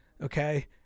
Okay